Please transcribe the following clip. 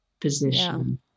position